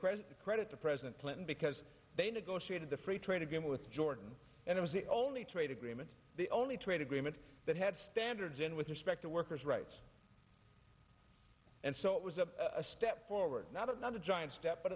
credit credit to president clinton because they negotiated the free trade agreement with jordan and it was the only trade agreement the only trade agreement that had standards in with respect to workers rights and so it was a a step forward now but not a giant step but